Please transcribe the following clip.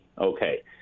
Okay